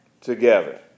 together